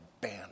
banner